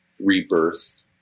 rebirth